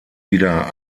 wieder